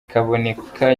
kaboneka